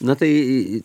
na tai